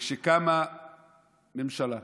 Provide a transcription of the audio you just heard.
כשקמה ממשלה,